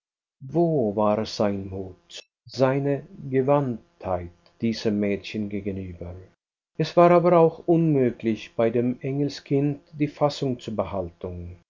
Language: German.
wo war sein mut seine gewandtheit diesem mädchen gegenüber es war aber auch unmöglich bei dem engelskind die fassung zu behalten